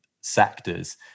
sectors